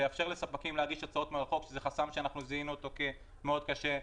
לאפשר לספקים להגיש הצעות מרחוק זה חסם שזיהינו שהוא מאוד קשה,